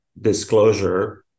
disclosure